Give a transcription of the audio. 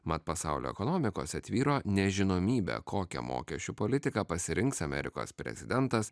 mat pasaulio ekonomikose tvyro nežinomybė kokią mokesčių politiką pasirinks amerikos prezidentas